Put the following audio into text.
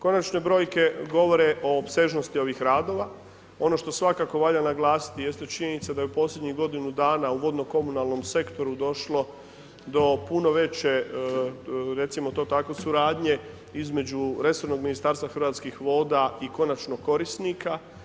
Konačni brojke govore o opsežnosti ovih radova, ono što svakako valja naglasiti, jeste činjenica da je u posljednjih godinu dana, u vodno komunalnom sektoru došlo do puno veće recimo to tako suradnje između resornog ministarstva Hrvatskih voda i konačno korisnika.